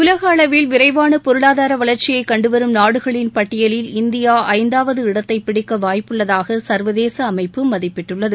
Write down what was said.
உலகளவில் விரைவான பொருளாதார வளர்ச்சியை கண்டுவரும் நாடுகளின் பட்டியில் இந்தியா ஐந்தாவது இடத்தை பிடிக்க வாய்ப்புள்ளதாக சர்வதேச அமைப்பு மதிப்பிட்டுள்ளது